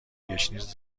گشنیز